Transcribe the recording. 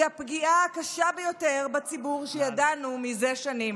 הפגיעה הקשה ביותר בציבור שידענו מזה שנים.